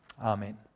Amen